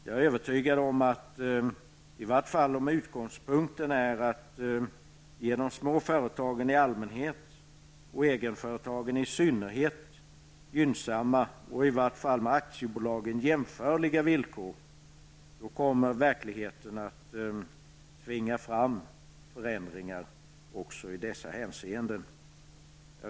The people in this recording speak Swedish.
Jag är dock övertygad om att verkligheten, om utgångspunkten är att de små företagen i allmänhet och egenföretagen i synnerhet skall få gynnsamma och i varje fall med aktiebolagen jämförliga villkor, kommer att tvinga fram förändringar också i dessa avseenden.